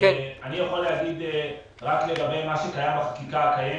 אני יכול להגיד רק לגבי מה שקיים בחקיקה הקיימת.